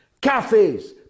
Cafes